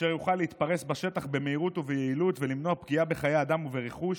אשר יוכל להתפרס בשטח במהירות וביעילות ולמנוע פגיעה בחיי אדם ורכוש,